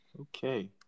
Okay